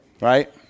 Right